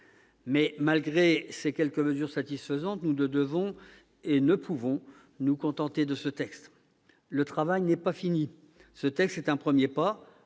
Mais, malgré ces quelques mesures satisfaisantes, nous ne devons et ne pouvons pas nous contenter de ce projet de loi. Le travail n'est pas fini. Ce texte est un premier pas,